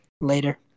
later